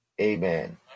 Amen